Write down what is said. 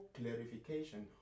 clarification